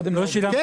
שילמתי